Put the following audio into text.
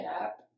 up